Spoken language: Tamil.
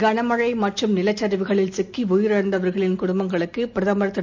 கன மழை மற்றும் நிலச் சரிவுகளில் சிக்கி உயிரிழந்தவர்களின் குடும்பங்களுக்கு பிரதமர் திரு